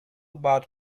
about